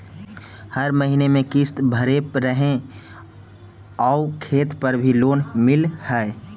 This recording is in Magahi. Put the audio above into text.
हर महीने में किस्त भरेपरहै आउ खेत पर भी लोन मिल है?